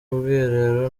ubwiherero